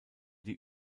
die